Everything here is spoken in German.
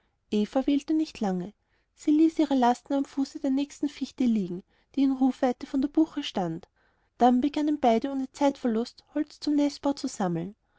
eva wählte nicht lange sie ließ ihre lasten am fuße der nächsten fichte liegen die in rufweite von der buche stand dann begannen beide ohne zeitverlust holz zum nestbau zu sammeln